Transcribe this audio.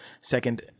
Second